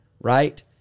right